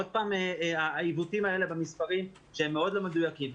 עוד פעם העיוותים האלה במספרים שהם מאוד לא מדויקים.